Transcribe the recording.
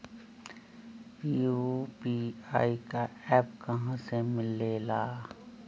UPI का app कहा से मिलेला?